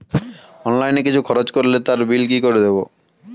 Online কিছু খরচ করলে তার বিল কি করে দেবো?